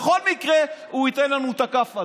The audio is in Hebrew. בכל מקרה הוא ייתן לנו את הכאפה,